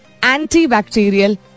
antibacterial